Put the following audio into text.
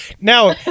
Now